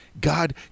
God